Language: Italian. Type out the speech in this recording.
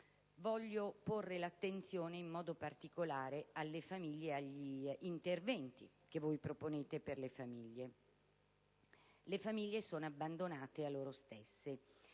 Voglio porre l'attenzione in modo particolare alle famiglie e agli interventi che proponete per esse. Le famiglie sono abbandonate a loro stesse.